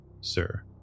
sir